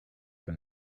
from